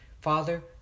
Father